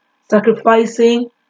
sacrificing